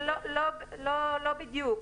לא בדיוק.